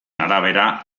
arabera